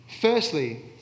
Firstly